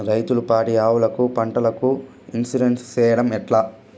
రైతులు పాడి ఆవులకు, పంటలకు, ఇన్సూరెన్సు సేయడం ఎట్లా?